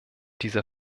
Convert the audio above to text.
dieser